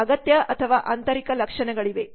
ಅಗತ್ಯ ಅಥವಾ ಆಂತರಿಕ ಲಕ್ಷಣಗಳಿವೆ